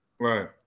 right